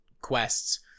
quests